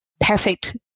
perfect